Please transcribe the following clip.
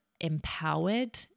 empowered